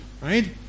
right